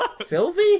sylvie